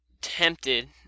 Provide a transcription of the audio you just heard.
tempted